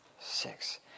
Six